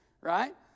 right